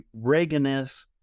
Reaganist